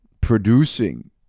producing